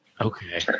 Okay